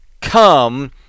come